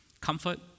comfort